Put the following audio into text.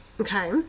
Okay